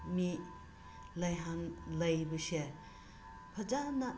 ꯃꯤ ꯂꯩꯕꯁꯦ ꯐꯖꯅ